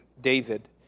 David